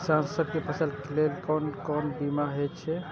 किसान सब के फसल के लेल कोन कोन बीमा हे छे?